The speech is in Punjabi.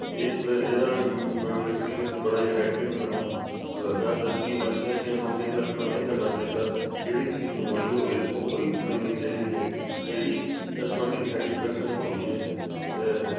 ਇਸ ਵੇ ਇਹਦਾ ਮੈਨੂੰ ਐਕਸਪੀਰੀਅੰਸ ਬੜਾ ਹੀ ਨੈਗਟਿਵ ਮੈਨੂੰ ਲੱਗਾ ਜਦੋਂ ਕਿ ਅੱਛੀਆਂ ਅੱਛੀਆਂ ਕੰਪਨੀਆਂ ਨੂੰ ਇਸ ਤਰ੍ਹਾਂ ਨਹੀਂ ਕਰਨਾ ਚਾਹੀਦਾ ਜਿਹੜੀ ਚੀਜ਼ ਮੰਗਵਾਈ ਹੋਵੇ ਉਹੀ ਮਿਲਣੀ ਚਾਹੀਦੀ ਹੈ ਇਹਦੀ ਇਸ ਸਬੰਧੀ ਸੈਟੀਸਫੈਕਸ਼ਨ ਹੁੰਦੀ ਹੈ